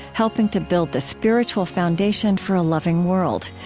helping to build the spiritual foundation for a loving world.